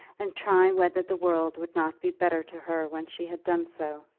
and try whether the world would not be better to her when she had done so?